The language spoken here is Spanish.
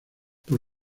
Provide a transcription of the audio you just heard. por